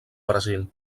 brasil